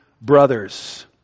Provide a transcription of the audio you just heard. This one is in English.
brothers